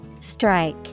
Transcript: Strike